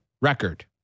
record